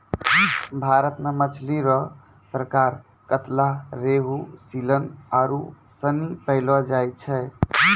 भारत मे मछली रो प्रकार कतला, रेहू, सीलन आरु सनी पैयलो जाय छै